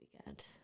weekend